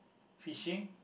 fishing